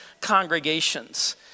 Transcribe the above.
congregations